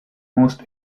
most